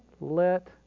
let